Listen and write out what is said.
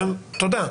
תודה.